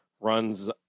runs